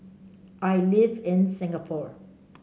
I live in Singapore